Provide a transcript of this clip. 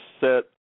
set